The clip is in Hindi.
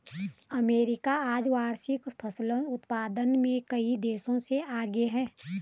अमेरिका आज वार्षिक फसल उत्पादन में कई देशों से आगे है